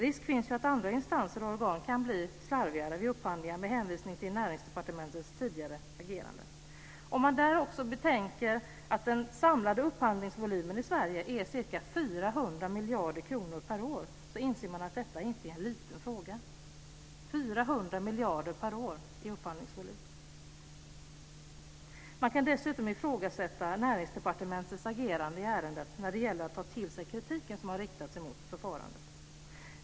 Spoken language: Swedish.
Risk finns att andra instanser och organ kan bli slarvigare vid upphandlingar med hänvisning till Näringsdepartementets tidigare agerande. Om man där också betänker att den samlade upphandlingsvolymen i Sverige är ca 400 miljarder kronor per år inser man att detta inte är en liten fråga. 400 miljarder per år i upphandlingsvolym! Man kan dessutom ifrågasätta Näringsdepartementets agerande i ärendet när det gäller att ta till den kritik som har riktats mot förfarandet.